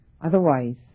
Otherwise